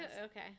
Okay